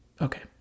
Okay